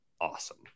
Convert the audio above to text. awesome